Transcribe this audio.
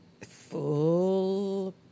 full